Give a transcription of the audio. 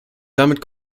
damit